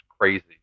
crazy